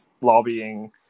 lobbying